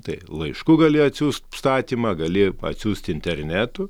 tai laišku gali atsiųst statymą gali atsiųst internetu